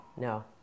No